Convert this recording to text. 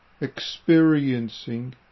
experiencing